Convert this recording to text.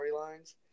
storylines